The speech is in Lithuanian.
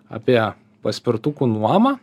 apie paspirtukų nuomą